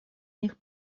них